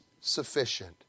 sufficient